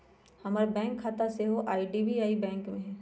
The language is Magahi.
हमर बैंक खता सेहो आई.डी.बी.आई बैंक में हइ